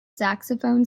saxophone